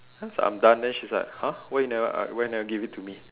I'm done then she's like !huh! why you never uh why you never give it to me